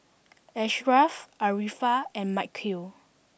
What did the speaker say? Ashraff Arifa and Mikhail